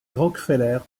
rockefeller